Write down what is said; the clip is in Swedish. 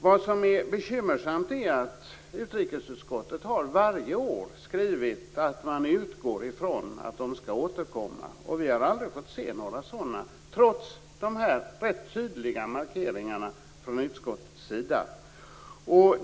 Vad som är bekymmersamt är att utrikesutskottet varje år har skrivit att man utgår från att redovisningarna skall återkomma. Vi har aldrig fått se några sådana trots dessa rätt tydliga markeringar från utskottets sida.